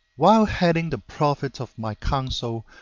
while heading the profit of my counsel,